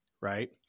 Right